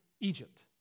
Egypt